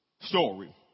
story